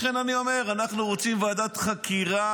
לכן אני אומר: אנחנו רוצים ועדת חקירה